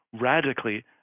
radically